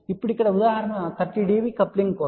ఇప్పుడు ఇక్కడ ఉదాహరణ 30 db కప్లింగ్ కోసం